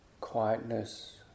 quietness